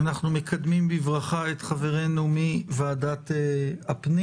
אנחנו מקדמים בברכה את חברינו מוועדת הפנים.